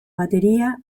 batería